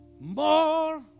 More